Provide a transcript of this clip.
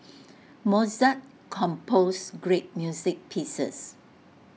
Mozart composed great music pieces